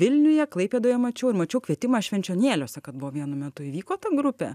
vilniuje klaipėdoje mačiau ir mačiau kvietimą švenčionėliuose kad buvo vienu metu įvyko ta grupė